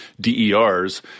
DERs